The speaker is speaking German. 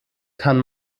kann